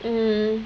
mm